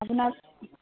আপোনাক